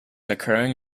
occurring